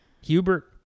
Hubert